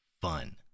fun